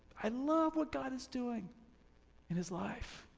i love what god is doing in his life.